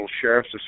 Sheriff's